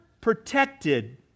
protected